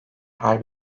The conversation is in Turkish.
her